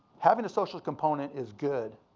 having a social component is good.